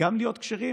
גם להיות כשרים